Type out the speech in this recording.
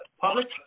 public